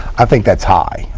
i think that's high.